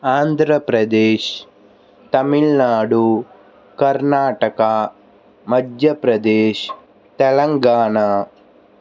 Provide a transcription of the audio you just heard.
Andhra Pradesh Tamil Nadu Karnataka Madhya Pradesh Telangana